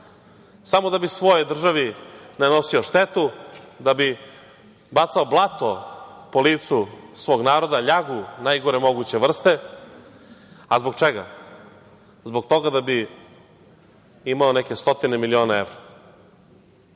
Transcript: samo da bi svojoj državi nanosio štetu, da bi bacao blato po licu svog naroda, ljagu najgore moguće vrste. A zbog čega? Zbog toga da bi imao neke stotine miliona evra.